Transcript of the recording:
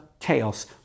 chaos